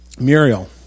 Muriel